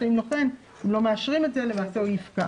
מכיוון שאם לא מאשרים את זה למעשה הצו יפקע.